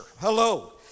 Hello